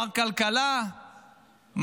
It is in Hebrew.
מר כלכלה,